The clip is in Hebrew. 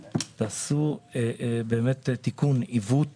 תעשו תיקון עיוות